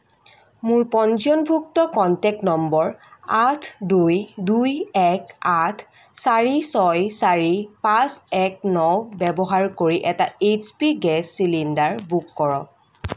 মোৰ পঞ্জীয়নভুক্ত contact number আঠ দুই দুই এক আঠ চাৰি ছয় চাৰি পাঁচ এক ন ব্যৱহাৰ কৰি এটা এইচপি গেছ চিলিণ্ডাৰ বুক কৰক